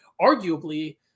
Arguably